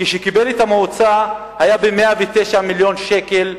כשהוא קיבל את המועצה היה גירעון של 109 מיליון שקל.